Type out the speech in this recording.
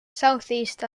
southeast